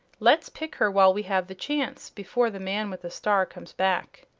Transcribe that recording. let's pick her while we have the chance, before the man with the star comes back.